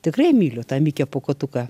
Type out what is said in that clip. tikrai myliu tą mikę pūkuotuką